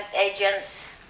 agents